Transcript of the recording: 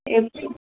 எப்படி